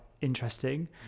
interesting